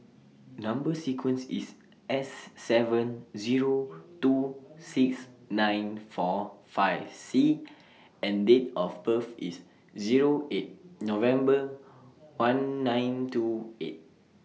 Number sequence IS S seven Zero two six nine four five C and Date of birth IS Zero eight November one nine two eight